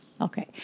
Okay